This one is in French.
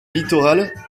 littoral